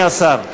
היושב-ראש,